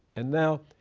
and now,